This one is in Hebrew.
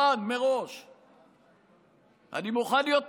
אני מוכן מראש.